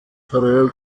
parallel